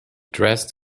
dressed